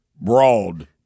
broad